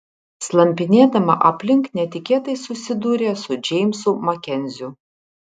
slampinėdama aplink netikėtai susidūrė su džeimsu makenziu